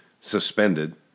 suspended